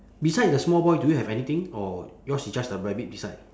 beside the small boy do you have anything or yours is just a rabbit beside